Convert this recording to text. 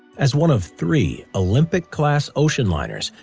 as one of three olympic-class ocean liners,